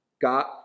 God